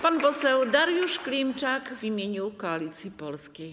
Pan poseł Dariusz Klimczak w imieniu Koalicji Polskiej.